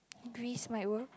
Greece might work